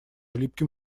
липким